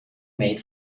made